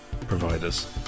providers